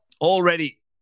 already